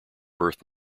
birth